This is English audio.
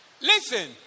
Listen